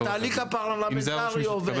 "התהליך הפרלמנטרי עובד".